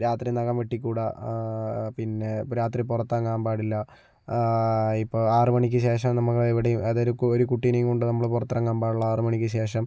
രാത്രി നഖം വെട്ടിക്കൂട പിന്നെ രാത്രി പുറത്തിറങ്ങാൻ പാടില്ല ഇപ്പോൾ ആറുമണിക്ക് ശേഷം നമ്മള് എവിടെയും അതൊരു കുട്ടിയെയുംകൊണ്ട് നമ്മള് പുറത്തിറങ്ങാൻ പാടില്ല ആറുമണിക്ക് ശേഷം